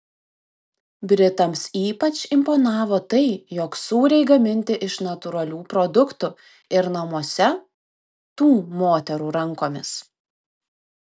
britams ypač imponavo tai jog sūriai gaminti iš natūralių produktų ir namuose tų moterų rankomis